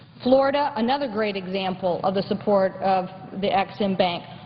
florida, another great example of the support of the ex-im bank.